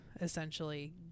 essentially